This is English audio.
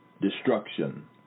destruction